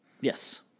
Yes